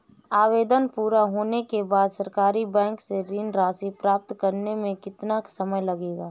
आवेदन पूरा होने के बाद सरकारी बैंक से ऋण राशि प्राप्त करने में कितना समय लगेगा?